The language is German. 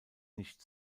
nicht